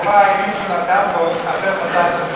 כי את מופע האימים שהוא נתן פה אתם חסכתם.